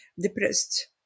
depressed